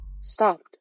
stopped